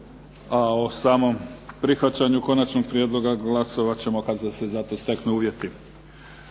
A o samom prihvaćanju konačnog prijedloga glasovat ćemo kada se za to steknu uvjeti.